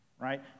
right